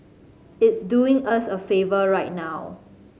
it's doing us a favour right now